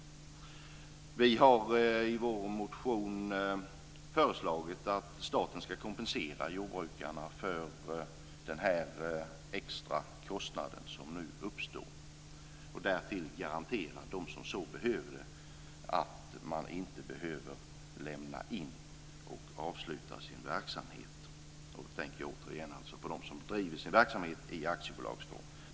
Vi har i vår motion föreslagit att staten ska kompensera jordbrukarna för den extra kostnad som nu uppstår och därtill garantera att de som så behöver inte måste lämna in avslut för sin verksamhet. Jag tänker alltså återigen på dem som bedriver sin verksamhet i aktiebolagsform.